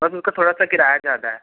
बस उसका थोड़ा सा किराया ज़्यादा है